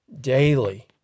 daily